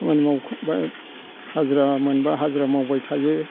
खामानि मावखांबा हाजिरा मोनबा हाजिरा मावबाय थायो